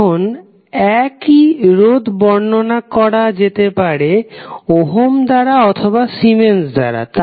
এখন একই রোধ বর্ণনা করা যেতে পারে ওহম দ্বারা অথবা সিমেন্স দ্বারা